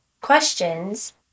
questions